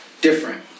different